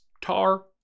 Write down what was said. Tar